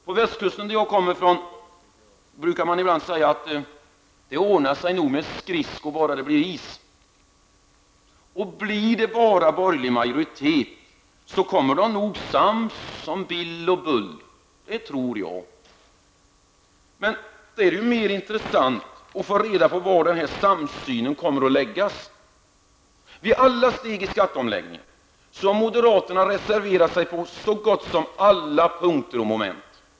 På västkusten där jag kommer från brukar man säga att det ordnar sig nog med skridskor bara det blir is. Och blir det bara borgerlig majoritet så kommer de nog sams Bill och Bull. Det tror jag. Då är det mer intressant att få reda på var samsynen kommer att läggas. Vid alla steg i skatteomläggningen så har moderaterna reserverat sig på så gott som alla punkter.